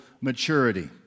maturity